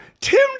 Tim